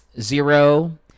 Zero